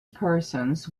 persons